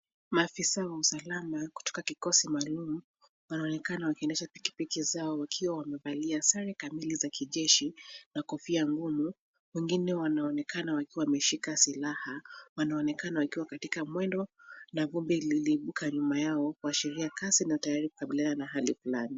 Maafisa wa usalama, kutoka kikosi maalum, wanaonekana wakiendesha pikipiki zao wakiwa wamevalia sare kamili za kijeshi na kofia ngumu, wengine wanaonekana wakiwa wameshika silaha, wanaonekana wakiwa katika mwendo na vumbi liliibuka nyuma yao, kuashiria kasi na tayari kukabiliana na hali fulani.